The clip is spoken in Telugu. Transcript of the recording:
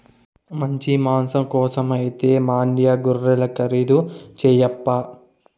మంచి మాంసం కోసమైతే మాండ్యా గొర్రెలు ఖరీదు చేయప్పా